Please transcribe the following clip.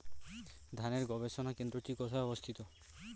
ধানের গবষণা কেন্দ্রটি কোথায় অবস্থিত?